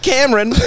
Cameron